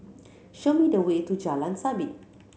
show me the way to Jalan Sabit